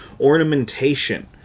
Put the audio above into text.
ornamentation